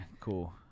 cool